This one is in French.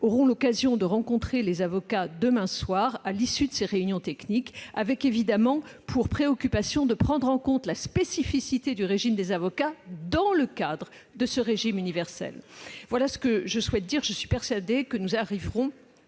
aurons l'occasion de rencontrer les avocats demain soir, à l'issue de ces réunions techniques, avec évidemment pour préoccupation la prise en compte de la spécificité du régime des avocats dans le cadre du régime universel. Je suis persuadée que nous arriverons